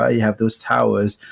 ah you have those towers.